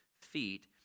feet